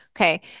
Okay